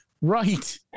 Right